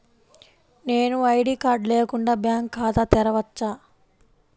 నేను ID card లేకుండా bank ఖాతా తెరవచ్చా?